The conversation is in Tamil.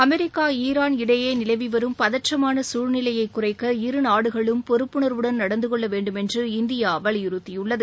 அமெரிக்கா ஈரான் இடையே நிலவி வரும் பதற்றமான சூழ்நிலையை குறைக்க இருநாடுகளும் பொறுப்புணர்வுடன் நடந்து கொள்ள வேண்டுமென்று இந்தியா வலியுறுத்தியுள்ளது